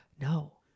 No